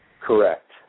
Correct